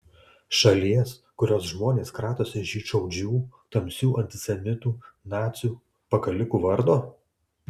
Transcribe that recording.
šalies kurios žmonės kratosi žydšaudžių tamsių antisemitų nacių pakalikų vardo